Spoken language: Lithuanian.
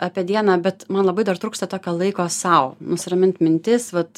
apie dieną bet man labai dar trūksta tokio laiko sau nusiramint mintis vat